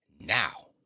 Now